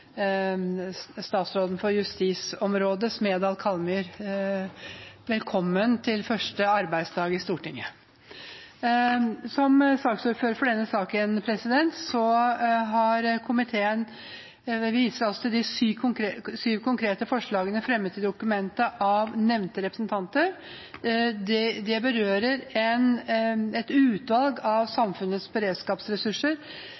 statsråden for justisområdet, Jøran Kallmyr, velkommen til første arbeidsdag i Stortinget. Som saksordfører for denne saken vil jeg vise til de syv konkrete forslagene i representantforslaget som er fremmet av representantene som er nevnt i saksteksten over. De berører et utvalg av